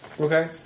Okay